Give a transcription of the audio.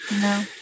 No